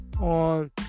on